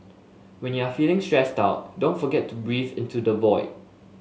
when you are feeling stressed out don't forget to breathe into the void